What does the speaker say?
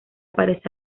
parece